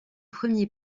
premier